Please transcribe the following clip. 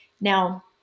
Now